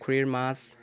পুখুৰীৰ মাছ